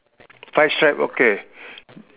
five stripe okay